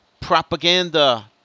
propaganda